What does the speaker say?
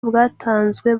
bwatanzwe